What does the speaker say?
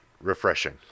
refreshing